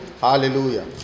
Hallelujah